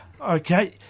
Okay